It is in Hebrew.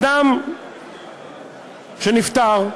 אדם שנפטר,